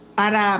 para